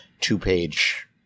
two-page